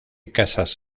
casas